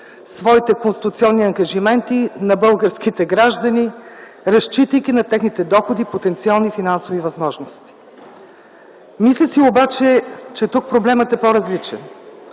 своите конституционни ангажименти на българските граждани, разчитайки на техните доходи като на потенциални финансови възможности. Мисля си обаче, че тук проблемът е по-различен,